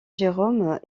jérôme